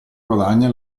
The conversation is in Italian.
guadagna